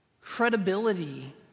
Credibility